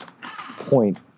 point